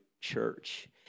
church